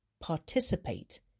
participate